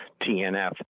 TNF